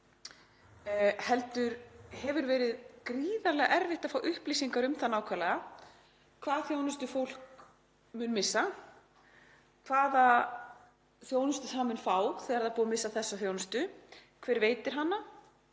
heldur hefur verið gríðarlega erfitt að fá upplýsingar um nákvæmlega hvaða þjónustu fólk mun missa, hvaða þjónustu það mun fá þegar það er búið að missa þessa þjónustu, hver veitir hana